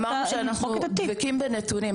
אמרנו שאנחנו דבקים בנתונים,